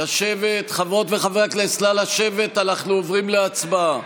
חברות וחברי הכנסת, נא לשבת, אנחנו עוברים להצבעה.